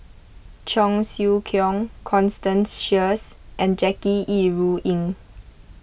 Cheong Siew Keong Constance Sheares and Jackie Yi Ru Ying